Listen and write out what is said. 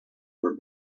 were